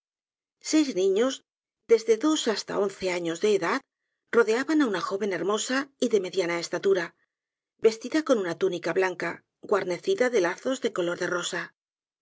seis niños desde dos hasta once años de edad rodeaban á una joven hermosa y de mediana estatura vestida con una túnica blanca guarnecida de lazos de color de rosa